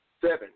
Seven